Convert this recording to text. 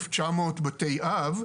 דיור,